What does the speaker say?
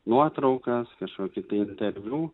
nuotraukas kažkokį tai interviu